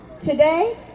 Today